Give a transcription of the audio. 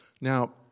Now